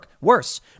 worse